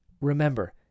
Remember